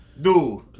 Dude